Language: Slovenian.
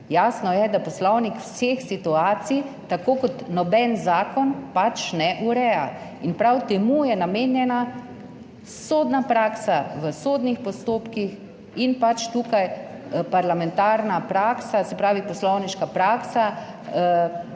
Jasno je, da poslovnik vseh situacij, tako kot noben zakon, pač ne ureja. In prav temu je namenjena sodna praksa v sodnih postopkih in pač tukaj parlamentarna praksa, se pravi poslovniška praksa.